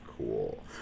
Cool